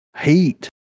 heat